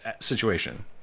situation